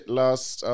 last